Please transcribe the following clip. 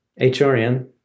HRN